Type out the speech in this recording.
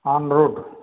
आमरूत